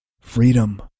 Freedom